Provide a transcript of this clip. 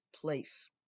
place